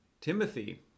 Timothy